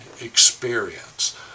experience